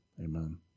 Amen